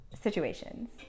situations